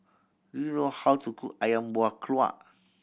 do you know how to cook Ayam Buah Keluak